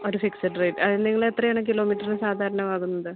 ഒരു fixed rate നിങ്ങൾ എത്രയാണ് കിലോമീറ്ററിന് സാധാരണ വാങ്ങുന്നത്